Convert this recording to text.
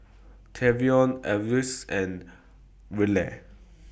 Tavion Alvis and Rella